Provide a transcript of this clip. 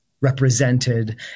represented